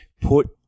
put